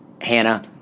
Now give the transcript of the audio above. Hannah